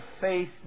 faith